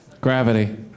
Gravity